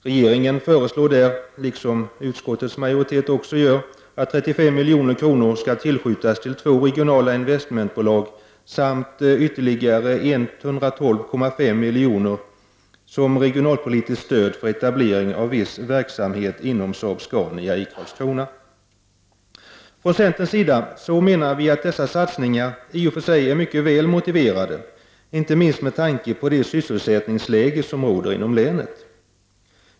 Regeringen föreslår, liksom utskottets majoritet, att 35 milj.kr. skall tillskjutas till två regionala investmentbolag samt att ytterligare 112,5 milj.kr. skall anslås som regionalpolitiskt stöd för etablering av verksamhet inom Saab-Scania i Karlskrona. Från centerns sida menar vi att dessa satsningar i och för sig är mycket väl motiverade, inte minst med tanke på det sysselsättningsläge som råder inom länet.